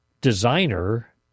designer